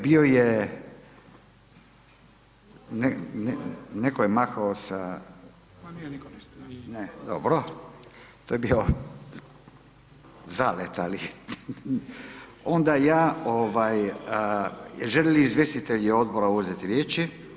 Bio je, netko je mahao, dobro, to je bio zalet ali onda ja… žele li izvjestitelji odbora uzeti riječi?